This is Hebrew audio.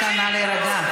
נא להירגע.